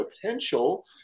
potential